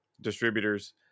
distributors